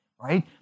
right